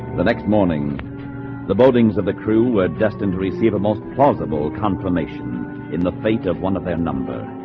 the next morning the buildings of the crew were destined to receive a most plausible confirmation in the fate of one of their number